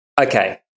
Okay